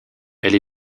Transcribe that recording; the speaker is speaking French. elle